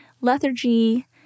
lethargy